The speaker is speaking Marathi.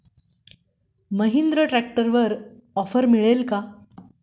महिंद्रा ट्रॅक्टरवर ऑफर भेटेल का?